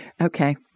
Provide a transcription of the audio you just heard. Okay